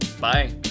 Bye